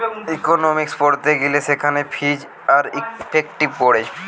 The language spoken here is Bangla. ইকোনোমিক্স পড়তে গিলে সেখানে ফিজ আর ইফেক্টিভ পড়ে